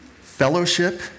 fellowship